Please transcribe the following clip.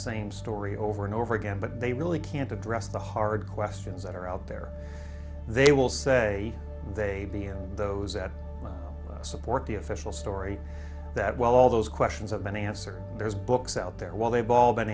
same story over and over again but they really can't address the hard questions that are out there they will say they are those that support the official story that while all those questions have been answered there's books out there while they've all been